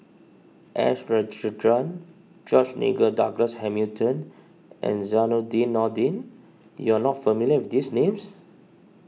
S Rajendran George Nigel Douglas Hamilton and Zainudin Nordin you are not familiar with these names